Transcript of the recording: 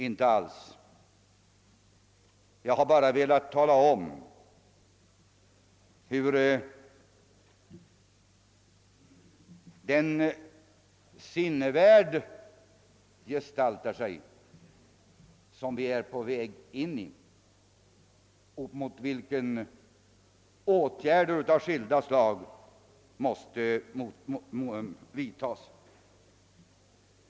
Inte alls, jag har bara velat tala om hur den sinnevärld gestaltar sig som vi är på väg in i och mot vilken åtgärder av skilda slag måste vidtas.